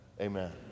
Amen